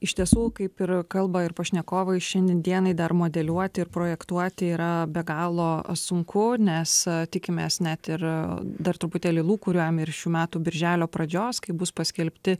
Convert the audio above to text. iš tiesų kaip ir kalba ir pašnekovai šiandien dienai dar modeliuoti ir projektuoti yra be galo sunku nes tikimės net ir dar truputėlį lūkuriuojam ir šių metų birželio pradžios kai bus paskelbti